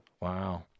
Wow